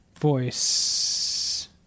Voice